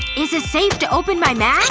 is it safe to open my my